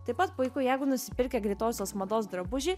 taip pat puiku jeigu nusipirkę greitosios mados drabužį